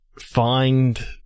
find